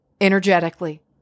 energetically